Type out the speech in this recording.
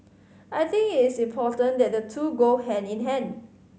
I think it is important that the two go hand in hand